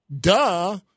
Duh